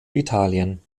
italien